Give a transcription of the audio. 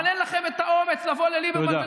אבל אין לכם את האומץ לבוא לליברמן,